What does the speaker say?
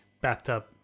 bathtub